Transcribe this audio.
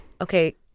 Okay